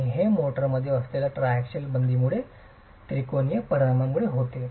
आणि हे मोर्टारमध्ये असलेल्या ट्रायक्सियल बंदीमुळे त्रिकोणीय परिणामामुळे होते